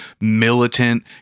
militant